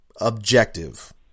objective